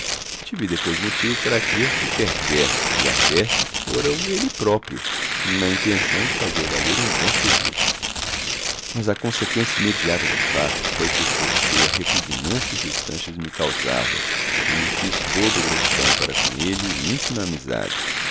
tive depois motivo para crer que o perverso e a peste fora o ele próprio na intenção de fazer valer um bom serviço mas a conseqüência imediata do fato foi que forcei a repugnância que o sanches me causava e me fiz todo gratidão para com ele e intima amizade